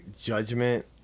judgment